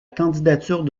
candidature